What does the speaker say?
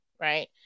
right